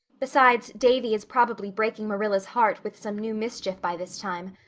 besides, davy is probably breaking marilla's heart with some new mischief by this time.